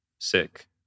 sick